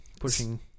pushing